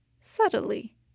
subtly